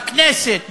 בכנסת,